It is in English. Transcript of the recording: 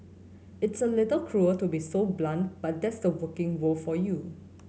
it's a little cruel to be so blunt but that's the working world for you